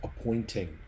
appointing